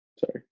Sorry